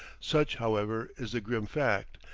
such, however, is the grim fact,